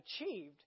achieved